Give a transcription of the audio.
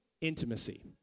intimacy